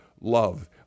love